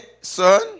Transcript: Son